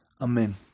Amen